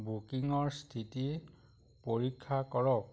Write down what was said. বুকিঙৰ স্থিতি পৰীক্ষা কৰক